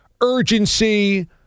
urgency